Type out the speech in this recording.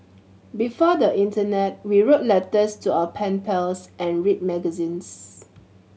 before the internet we wrote letters to our pen pals and read magazines